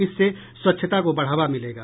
इससे स्वच्छता को बढ़ावा मिलेगा